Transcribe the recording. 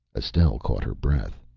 estelle caught her breath.